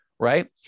Right